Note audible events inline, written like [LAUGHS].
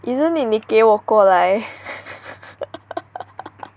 isn't it 你给我过来 [LAUGHS]